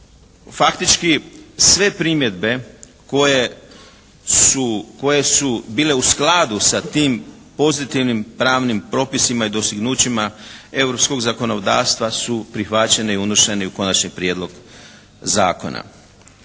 faktički sve primjedbe koje su bile u skladu sa tim pozitivnim pravnim propisima i dostignućima europskog zakonodavstva su prihvaćene i unešene u konačni prijedlog zakona.